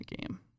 game